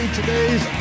Today's